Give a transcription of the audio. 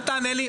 אל תענה לי.